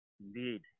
Indeed